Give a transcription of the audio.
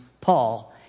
Paul